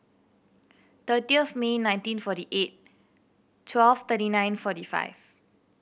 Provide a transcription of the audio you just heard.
thirty of May nineteen forty eight twelve thirty nine forty five